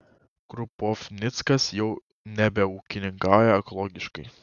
krupovnickas jau nebeūkininkauja ekologiškai